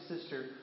sister